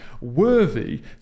worthy